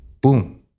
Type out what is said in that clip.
boom